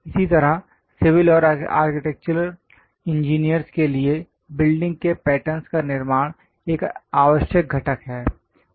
इसी तरह सिविल और आर्किटेक्चरल इंजीनियरस् के लिए बिल्डिंग के पैटर्नस् का निर्माण एक आवश्यक घटक है